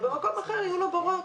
ובמקום אחר יהיו לו בורות,